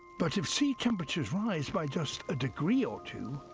but if seas temperatures rise by just a degree or two,